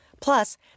Plus